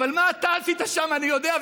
אבל מה אתה עשית שם אני יודע,